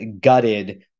gutted